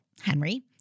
Henry